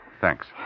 Thanks